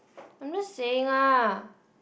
I'm just saying lah